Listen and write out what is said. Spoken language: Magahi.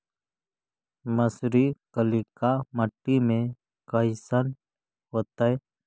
मसुरी कलिका मट्टी में कईसन होतै?